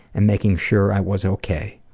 and making sure i was ok.